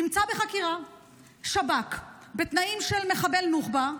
נמצא בחקירת שב"כ בתנאים של מחבל נוח'בה,